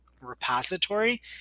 repository